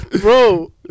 Bro